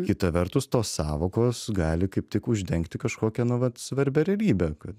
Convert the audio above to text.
kita vertus tos sąvokos gali kaip tik uždengti kažkokią nu vat svarbią realybę kad